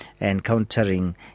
encountering